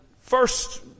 first